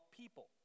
people